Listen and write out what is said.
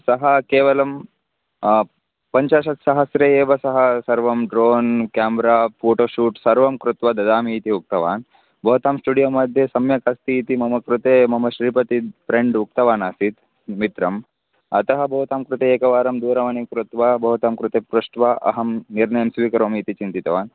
सः केवलं पञ्चाशत् सहस्रे एव सः सर्वं ड्रोन् केमरा फ़ोटो शूट् सर्वं कृत्वा ददामि इति उक्तवान् भवतां स्टुडियो मध्ये सम्यक् अस्ति इति मम कृते मम श्रीपति फ़्रेण्ड् उक्तवान् आसीत् मित्रम् अतः भवतां कृते एकवारं दूरवाणीं कृत्वा भवतां कृते पृष्ट्वा अहं निर्णयं स्वीकरोमि इति चिन्तितवान्